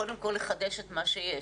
קודם כל לחדש את מה שיש.